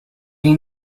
then